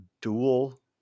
dual